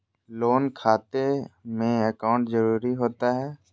Loan खाते में account जरूरी होता है?